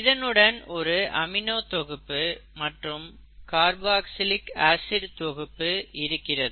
இதனுடன் ஒரு அமினோ தொகுப்பு மற்றும் காற்பாக்ஸிலிக் ஆசிட் தொகுப்பு இருக்கிறது